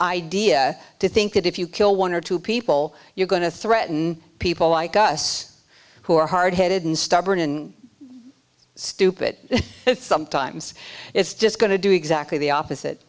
idea to think that if you kill one or two people you're going to threaten people like us who are hard headed and stubborn and stupid sometimes it's just going to do exactly the opposite